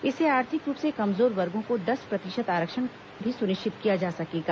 इससे आर्थिक रूप से कमजोर वर्गो को दस प्रतिशत आरक्षण भी सुनिश्चित किया जा सकेगा